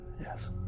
Yes